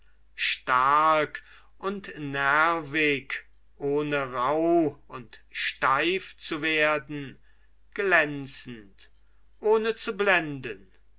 stark und nervicht ohne rauh und steif zu werden glänzend ohne zu blenden